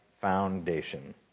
foundation